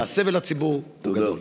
והסבל לציבור הוא גדול.